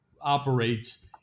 operates